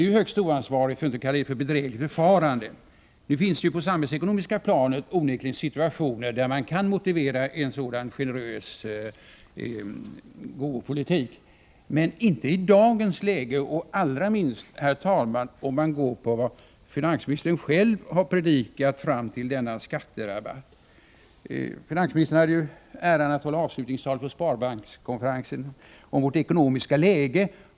Det är högst oansvarigt, för att inte kalla det för bedrägligt förfarande. Det finns på det samhällsekonomiska planet onekligen situationer där man kan motivera en sådan här generös gåvopolitik men inte i dagens läge och allra minst, herr talman, om man går på vad finansministern själv har predikat ända fram till denna skatterabatt. Finansministern hade ju äran att hålla avslutningstal på Sparbankskonfe rensen om vårt ekonomiska läge.